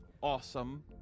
awesome